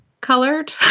colored